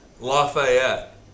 Lafayette